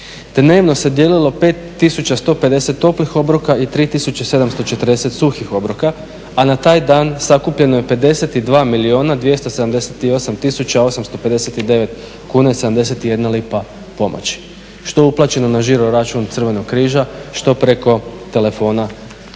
Dnevno se dijelilo 5150 toplih obroka i 3740 suhih obroka, a na taj dan sakupljeno je 52 278 859,71 kuna pomoći, što uplaćeno na žiro račun Crvenog križa, što preko telefona